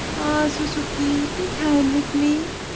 suzuki, be kine with me!